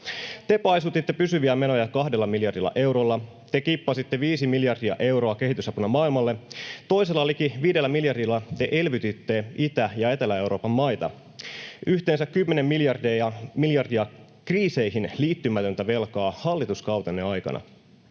Te paisutitte pysyviä menoja kahdella miljardilla eurolla, te kippasitte viisi miljardia euroa kehitysapuna maailmalle, toisella liki viidellä miljardilla te elvytitte Itä- ja Etelä-Euroopan maita — yhteensä kymmenen miljardia kriiseihin liittymätöntä velkaa hallituskautenne aikana.